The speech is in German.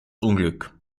unglück